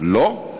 ממש לא.